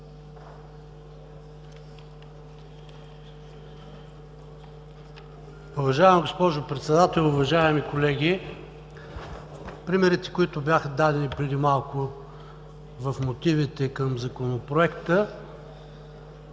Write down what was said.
Уважаема госпожо Председател, уважаеми колеги! Примерите, които бяха дадени преди малко в мотивите към Законопроекта,